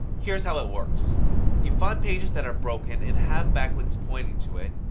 here's how it works you find pages that are broken and have backlinks pointing to it,